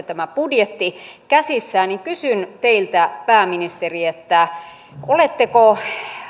tämä budjetti käsissään niin kysyn teiltä pääministeri oletteko